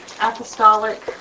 apostolic